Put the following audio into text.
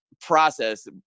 process